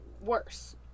worse